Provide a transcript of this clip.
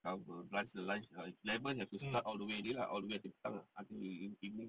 cover lunch lunch err eleven have to start all the way already lah all the way until petang ah until evening